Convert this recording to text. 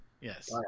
Yes